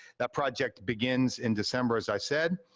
that project begins in december, as i said.